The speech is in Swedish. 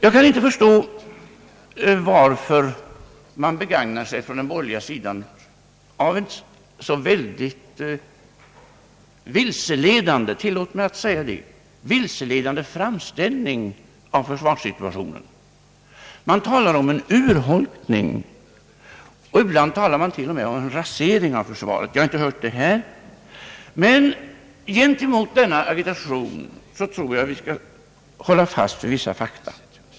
Jag kan inte förstå varför man på den borgerliga sidan begagnar sig av ett så vilseledande framställningssätt beträffande försvarssituationen. Man ta lar om en urholkning, ibland till och med om en rasering av försvaret. Det har jag visserligen inte hört här, men gentemot denna agitation tror jag det är nödvändigt att hålla fast vid vissa fakta.